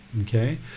okay